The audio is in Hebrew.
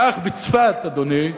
כך בצפת, אדוני,